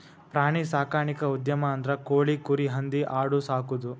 ಪ್ರಾಣಿ ಸಾಕಾಣಿಕಾ ಉದ್ಯಮ ಅಂದ್ರ ಕೋಳಿ, ಕುರಿ, ಹಂದಿ ಆಡು ಸಾಕುದು